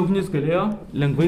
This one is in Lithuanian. ugnis galėjo lengvai